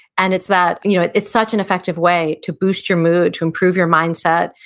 and it's that you know it's such an effective way to boost your mood, to improve your mindset,